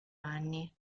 anni